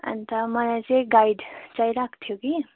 अन्त मलाई चाहिँ गाइड चाहिरहेको थियो कि